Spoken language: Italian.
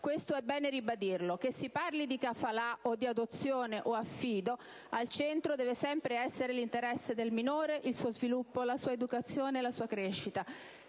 Questo è bene ribadirlo: che si parli di *kafala*, o adozione o affido, al centro deve sempre essere l'interesse del minore, il suo sviluppo, la sua educazione, la sua crescita.